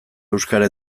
euskara